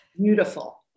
Beautiful